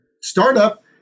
startup